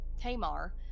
Tamar